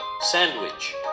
sandwich